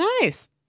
nice